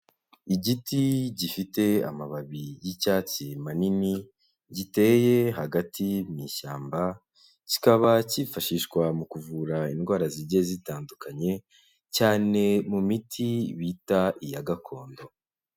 Igiti gifite amababi y'icyatsi manini giteye hagati y'inyeshyamba kikaba cyifashishwa mu kuvura indwara zijya zitandukanye cyane mu miti bita iya gakondo.